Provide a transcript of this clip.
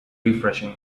refreshing